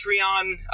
Patreon